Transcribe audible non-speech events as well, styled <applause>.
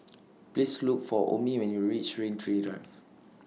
<noise> Please Look For Omie when YOU REACH Rain Tree Drive